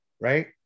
right